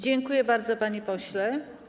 Dziękuję bardzo, panie pośle.